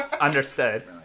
Understood